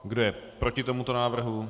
Kdo je proti tomuto návrhu?